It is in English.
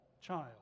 child